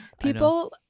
People